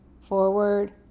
forward